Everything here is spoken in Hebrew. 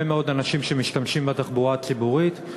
מאוד אנשים שמשתמשים בתחבורה הציבורית.